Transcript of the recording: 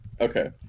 okay